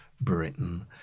Britain